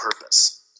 purpose